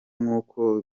nk’uko